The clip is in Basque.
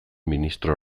ministro